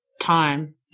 time